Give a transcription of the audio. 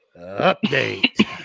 update